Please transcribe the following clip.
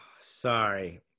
Sorry